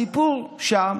הסיפור שם